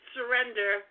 Surrender